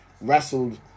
wrestled